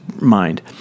mind